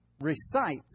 recite